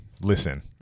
Listen